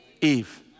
Eve